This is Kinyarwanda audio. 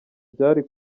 byari